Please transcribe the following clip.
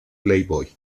playboy